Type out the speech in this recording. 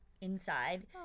inside